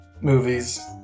movies